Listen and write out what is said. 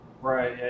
Right